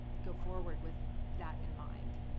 go forward with that in mind.